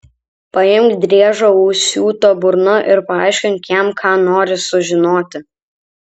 paimk driežą užsiūta burna ir paaiškink jam ką nori sužinoti